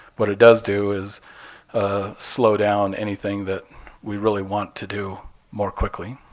what it does do is ah slowdown anything that we really want to do more quickly,